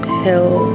hill